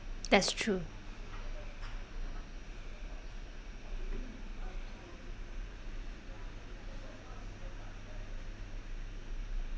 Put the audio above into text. that's true